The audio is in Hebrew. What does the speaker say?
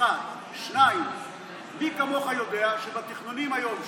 1. 2. מי כמוך יודע שבתכנונים היום,